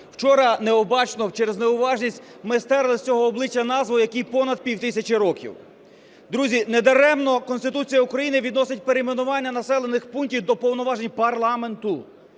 Вчора необачно, через неуважність, ми стерли з цього обличчя назву, якій понад пів тисячі років. Друзі, недаремно Конституція України відносить перейменування населених пунктів до повноважень парламенту,